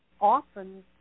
often